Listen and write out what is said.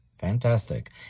Fantastic